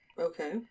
Okay